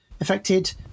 affected